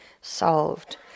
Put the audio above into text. solved